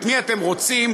את מי אתם רוצים,